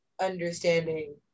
understanding